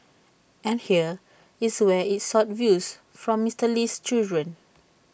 and here is where IT sought views from Mister Lee's children